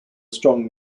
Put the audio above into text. strong